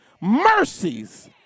mercies